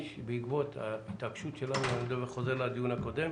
שבעקבות ההתעקשות שלנו וכאן אני חוזר לדיון הקודם